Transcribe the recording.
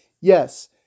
Yes